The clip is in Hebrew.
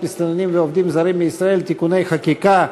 מסתננים ועובדים זרים אחרים מישראל (תיקוני חקיקה),